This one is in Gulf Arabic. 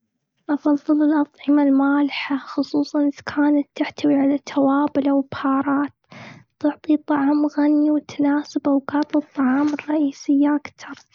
أفضل الأطعمة المالحة، خصوصاً إذا كانت تحتوي على توابل وبهارات. تعطي طعام غني، وتناسب أوقات الطعام الرئيسية أكتر.